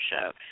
show